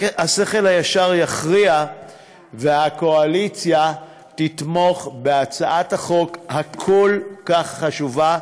השכל הישר יכריע והקואליציה תתמוך בהצעת החוק הכל-כך חשובה,